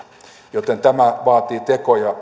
joten tämä vaatii tekoja